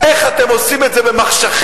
איך אתם עושים את זה במחשכים,